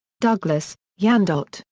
douglas, yeah wyandotte,